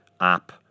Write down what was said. app